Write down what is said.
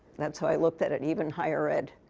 that's how i looked at it, even higher ed.